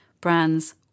brands